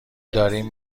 داریم